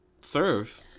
serve